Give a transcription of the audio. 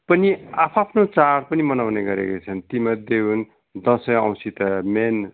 पनि आफ्आफ्नो चाड पनि मनाउने गरेका छन् तीमध्ये हुन् दसैँ औँसी त मेन